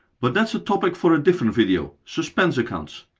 but that's a topic for a different video suspense accounts.